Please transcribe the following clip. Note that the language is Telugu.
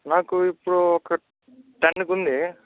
నాకు ఇప్పుడు ఒక టెన్కు ఉంది